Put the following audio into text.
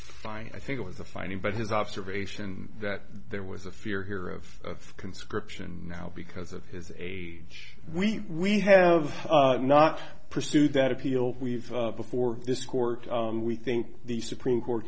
fine i think it was a fine but his observation that there was a fear here of conscription now because of his age we we have not pursued that appeal we've before this court we think the supreme court